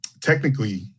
technically